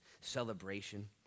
celebration